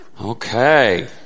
Okay